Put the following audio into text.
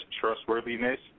trustworthiness